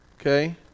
Okay